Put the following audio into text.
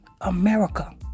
America